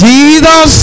Jesus